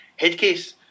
Headcase